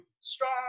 strong